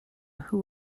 who